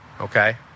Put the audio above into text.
okay